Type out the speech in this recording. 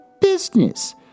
business